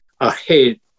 ahead